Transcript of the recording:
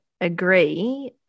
agree